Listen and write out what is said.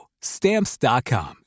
Stamps.com